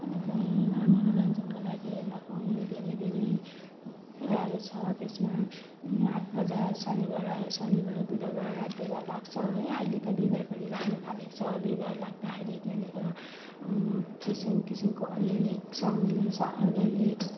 कालिम्पोङमा मनेरञ्जनका लागि हेर्न पाउने धेरै धेरै कुराहरू छ त्यसमा हाटबजार शनिवार शनिवार बुधवार हाटबजार लाग्छ है अहिले त बिहीवार पनि लाग्न थालेको छ बिहीबार लाग्दाखेरि त्यहाँनिर किसिम किसिमको अर्ग्यानिक सम अर्ग्यानिक